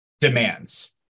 demands